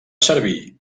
servir